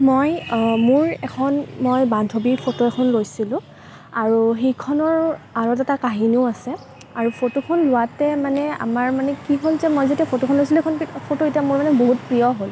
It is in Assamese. মই মোৰ এখন মই বান্ধৱীৰ ফটো এখন লৈছিলোঁ আৰু সেইখনৰ আঁৰত এটা কাহিনীও আছে আৰু ফটোখন লওঁতে মানে আমাৰ মানে কি হ'ল যে মই যেতিয়া ফটোখন লৈছিলোঁ সেইখন ফটো এতিয়া মোৰ মানে বহুত প্ৰিয় হ'ল